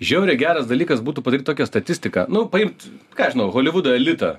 žiauriai geras dalykas būtų padaryt tokią statistiką nu paimt ką žinau holivudo elitą